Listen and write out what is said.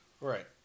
Right